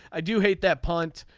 i do hate that punt.